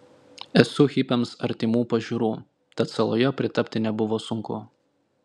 esu hipiams artimų pažiūrų tad saloje pritapti nebuvo sunku